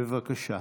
בבקשה.